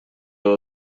باید